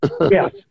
Yes